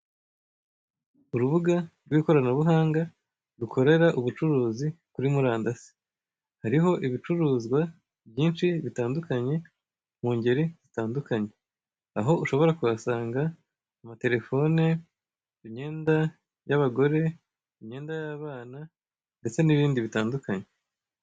Urubuga rw'ikoranabuhanga rukorera ubucuruzi kuri murandasi. Hariho ibicurizwa byinshi, bitandukanye, mu ngeri zitandukanye. Aho ushobora kuhasanga amafelefone, imyenda y'abagore, imyenda y'abana, ndetse n'ibindi bitandukanye.